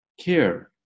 care